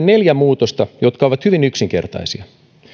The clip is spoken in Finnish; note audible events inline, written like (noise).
(unintelligible) neljä muutosta jotka ovat hyvin yksinkertaisia